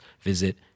visit